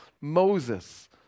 Moses